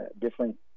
different